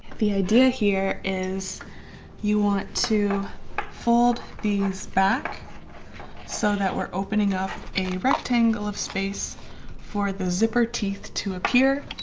the idea here is you want to fold these back so that we're opening up a rectangle of space for the zipper teeth to appear.